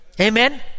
Amen